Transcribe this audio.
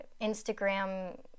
Instagram